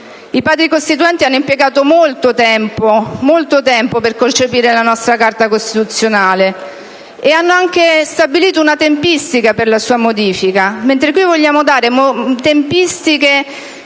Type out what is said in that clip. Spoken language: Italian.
I Padri costituenti hanno impiegato molto tempo per concepire la nostra Carta costituzionale e hanno anche stabilito una tempistica per la sua modifica, mentre qui vogliamo stabilire tempistiche